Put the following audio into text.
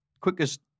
quickest